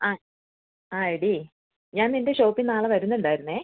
ആ ആ എടീ ഞാൻ നിൻ്റെ ഷോപ്പില് നാളെ വരുന്നുണ്ടായിരുന്നു